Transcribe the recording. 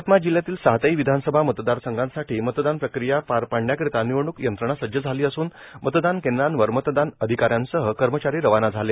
यवतमाळ जिल्ह्याच्या सातही विधानसभा मतदारसंघासाठी मतदान प्रक्रिया पार पाडण्याकरिता निवडणूक यंत्रणा सज्ज झाली असून मतदान केंद्रांवर मतदान अधिकाऱ्यांसह कर्मचारी रवाना झाले